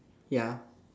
ya